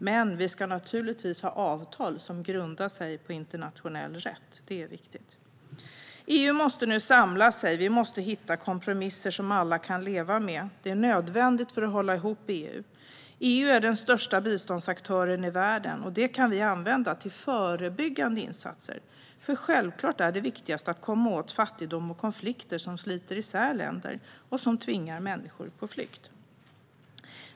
Men vi ska naturligtvis ha avtal som grundar sig på internationell rätt; det är viktigt. EU måste nu samla sig. Vi måste hitta kompromisser som alla kan leva med - det är nödvändigt för att hålla ihop EU. EU är den största biståndsaktören i världen. Det kan vi använda till förebyggande insatser, för självklart är det viktigast att komma åt fattigdom och konflikter, som sliter isär länder och tvingar människor på flykt.